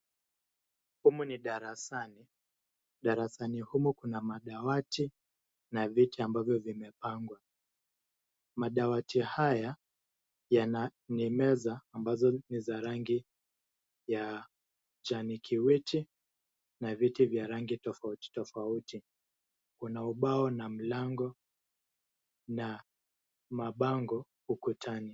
Humu ni darasani. Darasani humu kuna madawati na viti ambavyo vimepangwa. Madawati haya ni meza ambazo ni za rangi ya kijani kibichi na viti vya rangi tofauti tofauti. Kuna ubao na mlango na mabango ukutani.